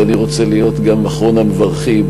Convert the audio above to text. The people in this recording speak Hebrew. אז אני רוצה להיות גם אחרון המברכים,